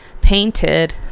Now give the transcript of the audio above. painted